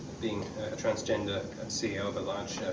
being a transgender ceo of a large